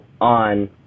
on